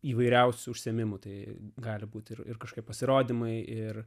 įvairiausių užsiėmimų tai gali būti ir kažkaip pasirodymai ir